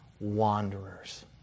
wanderers